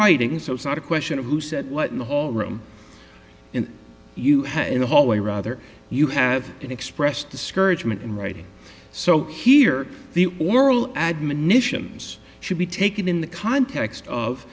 writing so it's not a question of who said what in the hall room and you had in the hallway rather you have expressed discouragement in writing so here the oral admonitions should be taken in the context of